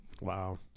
Wow